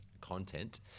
content